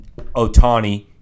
Otani